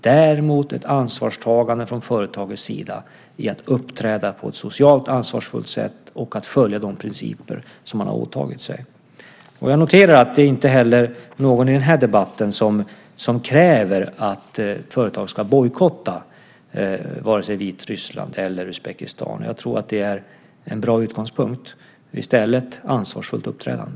Däremot handlar det om ett ansvarstagande från företagens sida i att uppträda på ett socialt ansvarsfullt sätt och att följa de principer som man har åtagit sig. Jag noterar att inte heller någon i den här debatten kräver att företag ska bojkotta vare sig Vitryssland eller Uzbekistan. Jag tror att det är en bra utgångspunkt. I stället handlar det om ansvarsfullt uppträdande.